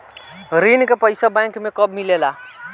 ऋण के पइसा बैंक मे कब मिले ला?